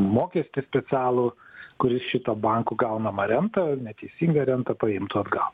mokestį specialų kuris šitą bankų gaunamą rentą neteisingą rentą paimtų atgal